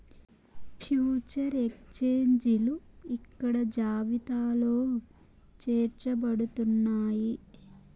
future ఎక్స్చేంజిలు ఇక్కడ జాబితాలో చేర్చబడుతున్నాయి